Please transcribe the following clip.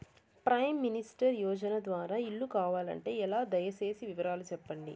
Prime minister యోజన ద్వారా ఇల్లు కావాలంటే ఎలా? దయ సేసి వివరాలు సెప్పండి?